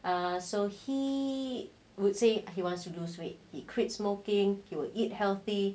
um so he would say he wants to lose weight he quit smoking he will eat healthy